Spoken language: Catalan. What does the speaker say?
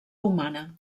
humana